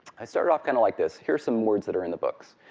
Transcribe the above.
i started off kind of like this. here's some words that are in the books.